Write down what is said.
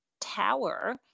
tower-